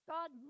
God